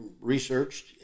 researched